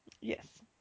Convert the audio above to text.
Yes